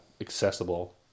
accessible